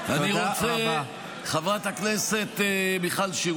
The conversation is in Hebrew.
חברת הכנסת מיכל שיר,